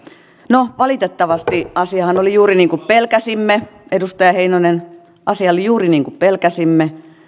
no valitettavasti asiahan oli juuri niin kuin pelkäsimme edustaja heinonen asia oli juuri niin kuin pelkäsimme